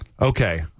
Okay